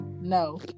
No